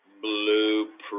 Blueprint